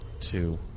two